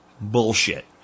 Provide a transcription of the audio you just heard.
bullshit